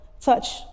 touch